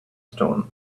stones